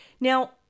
Now